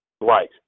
Right